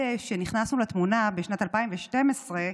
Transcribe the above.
עד שנכנסנו לתמונה, בשנת 2012,